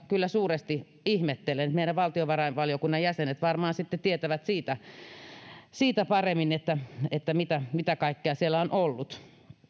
kyllä suuresti ihmettelen valtiovarainvaliokunnan jäsenet varmaan sitten tietävät paremmin siitä mitä mitä kaikkea siellä on ollut